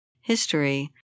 history